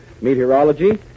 meteorology